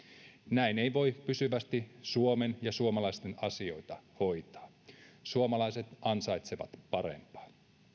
näin ei voi pysyvästi suomen ja suomalaisten asioita hoitaa suomalaiset ansaitsevat parempaa